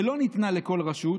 שלא ניתנה לכל רשות,